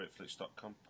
BritFlix.com